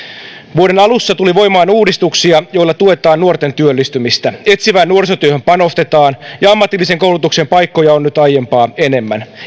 vuoden alussa tuli voimaan uudistuksia joilla tuetaan nuorten työllistymistä etsivään nuorisotyöhön panostetaan ja ammatillisen koulutuksen paikkoja on nyt aiempaa enemmän